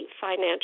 financial